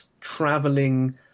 traveling